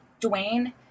Dwayne